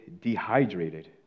dehydrated